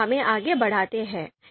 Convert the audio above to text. हमें आगे बढ़ाते हैं